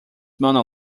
mona